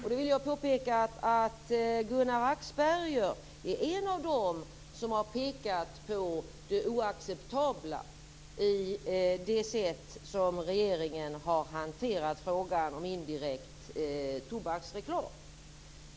Jag vill då påpeka att Hans-Gunnar Axberger är en av dem som har pekat på det oacceptabla i regeringens sätt att hantera frågan om indirekt tobaksreklam.